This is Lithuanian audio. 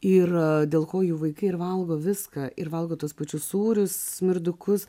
ir dėl ko jų vaikai ir valgo viską ir valgo tuos pačius sūrius smirdukus